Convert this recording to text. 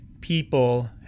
people